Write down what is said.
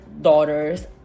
daughters